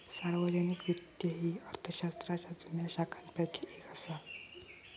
सार्वजनिक वित्त ही अर्थशास्त्राच्या जुन्या शाखांपैकी येक असा